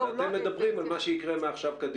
ואתם מדברים על מה שיקרה מעכשיו קדימה.